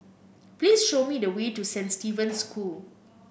please show me the way to Saint Stephen's School